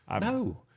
No